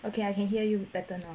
okay I can hear you better now